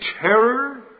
terror